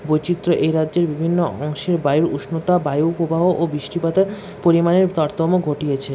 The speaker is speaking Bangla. বৈচিত্র্য এই রাজ্যের বিভিন্ন অংশে বায়ুর উষ্ণতা বায়ুপ্রবাহ ও বৃষ্টিপাতের পরিমাণের তারতম্য ঘটিয়েছে